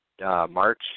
march